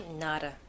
Nada